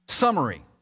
Summary